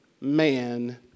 man